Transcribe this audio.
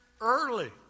early